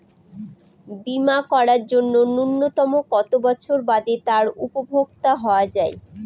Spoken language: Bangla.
বীমা করার জন্য ন্যুনতম কত বছর বাদে তার উপভোক্তা হওয়া য়ায়?